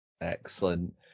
excellent